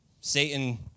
Satan